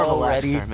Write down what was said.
already